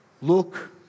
look